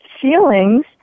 feelings